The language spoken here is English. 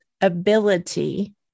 ability